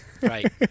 right